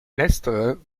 letztere